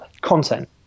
content